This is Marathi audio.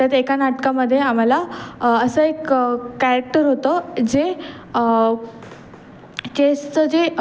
त्यात एका नाटकामध्ये आम्हाला असं एक कॅरेक्टर होतं जे चेसचं जे